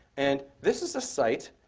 and this is a site